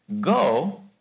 go